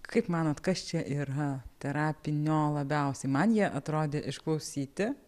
kaip manot kas čia yra terapinio labiausiai man jie atrodė išklausyti